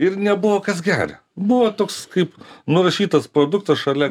ir nebuvo kas geria buvo toks kaip nurašytas produktas šalia